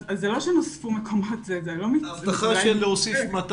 אז זה לא שנוספו מקומות --- ההבטחה של להוסיף 200